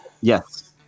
Yes